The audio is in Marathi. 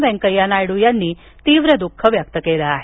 वेंकय्या नायडू यांनी तीव्र द्ःख व्यक्त केलं आहे